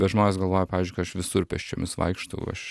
bet žmonės galvoja pavyzdžiui kad aš visur pėsčiomis vaikštau aš